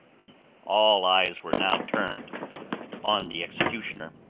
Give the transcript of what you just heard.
all eyes were now turned on the executioner,